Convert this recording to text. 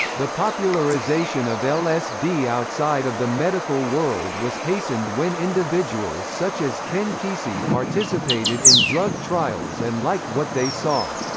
the popularization of lsd outside of the medical world was hastened when individuals such as ken kesey participated in drug trials and liked what they saw.